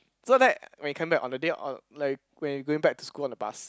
so that when you came back on the day on like when you going back to school on the bus